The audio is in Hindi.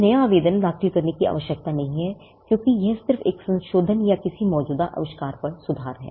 कोई नया आवेदन दाखिल करने की आवश्यकता नहीं है क्योंकि यह सिर्फ एक संशोधन या किसी मौजूदा आविष्कार पर सुधार है